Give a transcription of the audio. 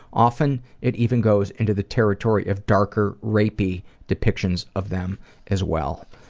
often it even goes into the territory of darker, rape-y' depictions of them as well.